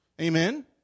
Amen